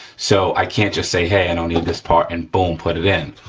so, i can't just say, hey, i don't need this part, and boom, put it in.